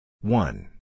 One